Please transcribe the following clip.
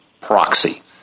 proxy